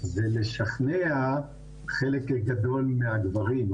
זה לשכנע חלק גדול מהגברים,